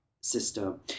system